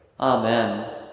Amen